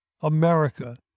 America